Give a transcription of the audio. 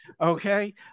okay